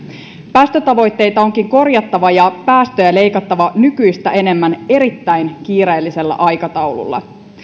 päästötavoitteita onkin korjattava ja päästöjä leikattava nykyistä enemmän erittäin kiireellisellä aikataululla